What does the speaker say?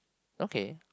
okay